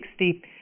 60%